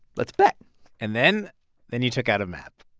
let's bet and then then you took out a map